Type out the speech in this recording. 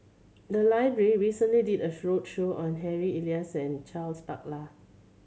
the library recently did a roadshow on Harry Elias and Charles Paglar